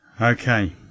Okay